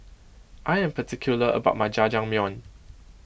I am particular about my Jajangmyeon